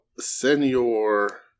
Senor